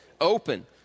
Open